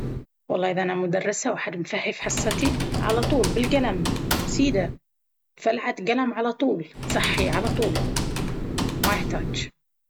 والله إذا انا مدرسة وأحد مفهي في حصتي ممكن أغير طريقة شرحي وأخليها تفاعلية أكثر لدرجة ممكن نشرح الدرس وهم واقفين مثلا علشان يصحصحون وأحاول أعطيهم معلومات جديدة وغريبة وأول مرة يعرفونها عشان أجذب إنتباههم لأن في النهاية نتايجهم هي اللي تحدد اذا تدريسي زين ولا لا ولأن مهنة التدريس مهنة عظيمة وأمانة.